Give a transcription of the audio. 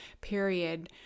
period